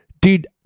Dude